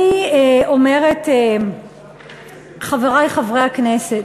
אני אומרת, חברי חברי הכנסת,